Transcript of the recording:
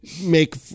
make